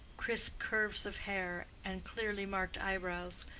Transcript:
crisp curves of hair, and clearly-marked eyebrows,